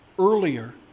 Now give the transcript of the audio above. earlier